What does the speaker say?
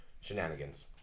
shenanigans